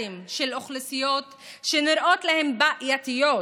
של אוכלוסיות שנראות להם בעייתיות.